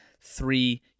three